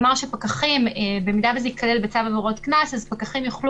כלומר שפקחים אם זה ייכלל בצו עבירות קנס יוכלו